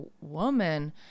woman